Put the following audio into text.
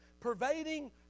pervading